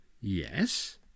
Yes